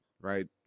right